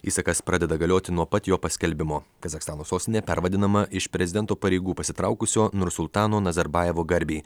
įsakas pradeda galioti nuo pat jo paskelbimo kazachstano sostinė pervadinama iš prezidento pareigų pasitraukusio nursultano nazarbajevo garbei